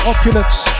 Opulence